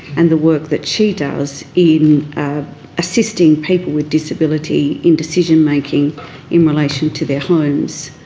and the work that she does in assisting people with disability in decision-making in relation to their homes.